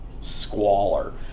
squalor